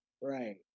Right